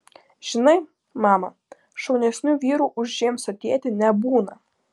žinai mama šaunesnių vyrų už džeimso tėtį nebūna